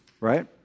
Right